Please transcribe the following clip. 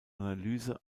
analyse